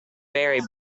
very